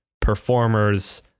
performers